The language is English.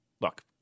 look